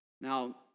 Now